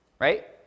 right